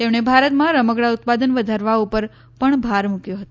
તેમણે ભારતમાં રમકડા ઉત્પાદન વધારવા ઉપર પણ ભાર મૂકવો હતો